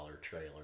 trailer